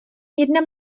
jedna